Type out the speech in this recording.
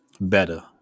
better